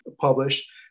published